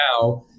now